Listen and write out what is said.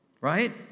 Right